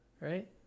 right